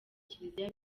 kiliziya